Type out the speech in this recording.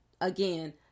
again